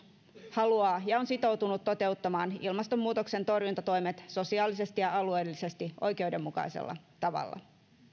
haluaa ja on sitoutunut toteuttamaan ilmastonmuutoksen torjuntatoimet sosiaalisesti ja alueellisesti oikeudenmukaisella tavalla